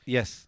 Yes